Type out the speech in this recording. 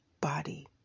body